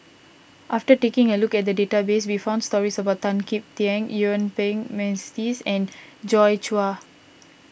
after taking a look at the database we found stories about Tan Kim Tian Yuen Peng McNeice and Joi Chua